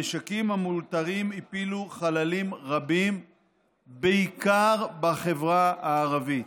הנשקים המאולתרים הפילו חללים רבים בעיקר בחברה הערבית.